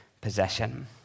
possession